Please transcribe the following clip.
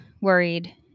worried